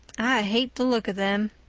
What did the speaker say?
i hate the look of them.